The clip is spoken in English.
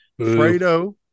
fredo